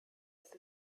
ist